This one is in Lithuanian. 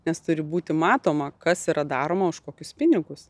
nes turi būti matoma kas yra daroma už kokius pinigus